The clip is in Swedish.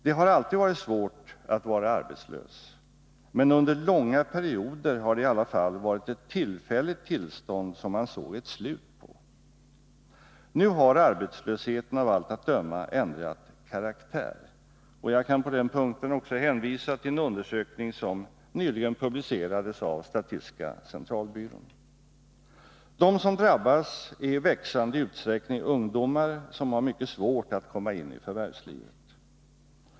Det har alltid varit svårt att vara arbetslös, men under långa perioder har det i alla fall varit ett tillfälligt tillstånd som man såg ett slut på. Nu har arbetslösheten av allt att döma ändrat karaktär. Jag kan här hänvisa till en undersökning som nyligen publicerades av statistiska centralbyrån. De som drabbas är i växande utsträckning ungdomar, som har mycket svårt att komma in i förvärvslivet.